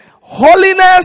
Holiness